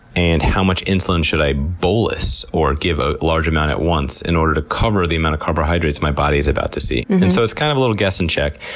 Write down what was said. and how much insulin should i bolus or give a large amount at once in order to cover the amount of carbohydrates my body is about to see? and so it's kind of a little guess-and-check,